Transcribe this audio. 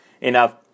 enough